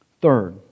Third